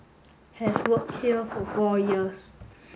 has worked here for four years